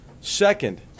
Second